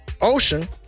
ocean